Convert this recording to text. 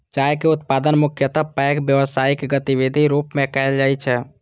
चाय के उत्पादन मुख्यतः पैघ व्यावसायिक गतिविधिक रूप मे कैल जाइ छै